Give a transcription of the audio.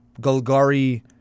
Golgari